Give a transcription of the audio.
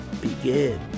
begin